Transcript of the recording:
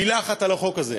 מילה אחת על החוק הזה.